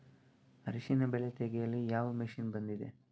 ಅರಿಶಿನ ಬೆಳೆ ತೆಗೆಯಲು ಯಾವ ಮಷೀನ್ ಬಂದಿದೆ?